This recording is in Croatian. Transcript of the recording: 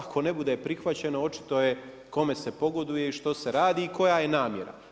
Ako ne bude prihvaćeno očito je kome se pogoduje, što se radi i koja je namjera.